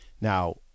Now